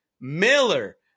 Miller